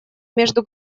между